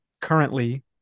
currently